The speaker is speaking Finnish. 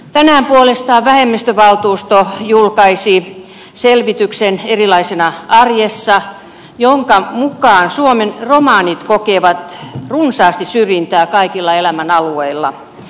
tänään puolestaan vähemmistövaltuutettu julkaisi selvityksen erilaisena arjessa jonka mukaan suomen romanit kokevat runsaasti syrjintää kaikilla elämänalueilla